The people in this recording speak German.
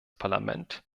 parlament